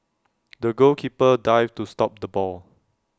the goalkeeper dived to stop the ball